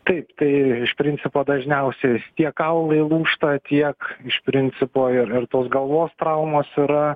taip tai iš principo dažniausiai tie kaulai lūžta tiek iš principo ir ir tos galvos traumos yra